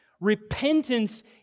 repentance